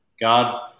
God